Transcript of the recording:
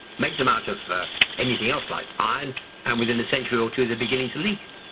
make them out of anything else, like iron and within a century or two they're beginning to leak.